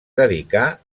dedicà